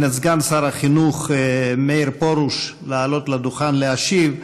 את סגן שר החינוך מאיר פרוש לעלות לדוכן להשיב.